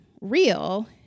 real